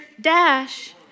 dash